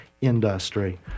industry